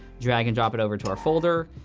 drag and drop it over to our folder,